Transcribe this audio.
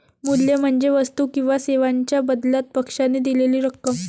मूल्य म्हणजे वस्तू किंवा सेवांच्या बदल्यात पक्षाने दिलेली रक्कम